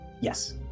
Yes